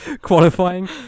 qualifying